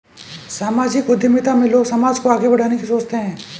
सामाजिक उद्यमिता में लोग समाज को आगे बढ़ाने की सोचते हैं